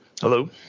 Hello